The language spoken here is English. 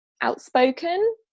outspoken